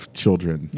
children